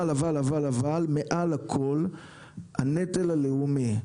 אבל אבל אבל מעל הכל הנטל הלאומי,